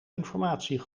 informatie